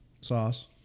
sauce